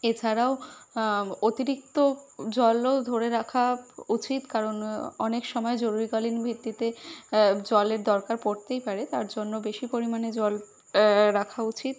এছাড়াও অতিরিক্ত জলও ধরে রাখা উচিত কারণ অনেক সময় জরুরিকালীন ভিত্তিতে জলের দরকার পড়তেই পারে তার জন্য বেশি পরিমাণে জল রাখা উচিত